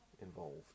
involved